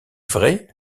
vrai